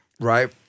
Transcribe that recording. right